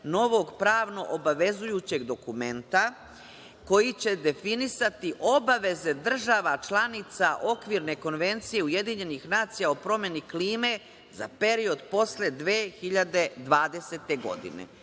novog pravno obavezujućeg dokumenta, koji će definisati obaveze država članica Okvirne konvencije Ujedinjenih nacija o promeni klime za period posle 2020. godine